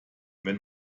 wenn